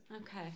Okay